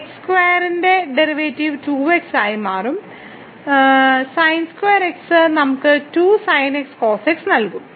x സ്ക്വയറിന്റെ derivative 2x ആയി മാറും തുടർന്ന് sin2x നമുക്ക് 2sinxcosx നൽകും